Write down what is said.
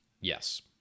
Yes